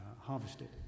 harvested